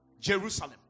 Jerusalem